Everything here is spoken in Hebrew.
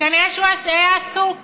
כנראה הוא היה עסוק